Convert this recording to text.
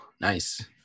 Nice